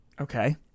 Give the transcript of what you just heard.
Okay